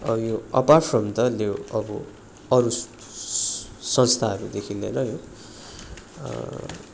अँ यो apart from the त्यो अब अरू संस्थाहरूदेखि लिएरै हो